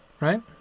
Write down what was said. Right